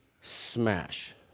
smash